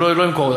אני לא אמכור.